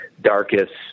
darkest